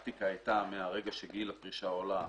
מרגע שגיל הפרישה הועלה,